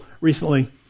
recently